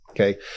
Okay